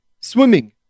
Swimming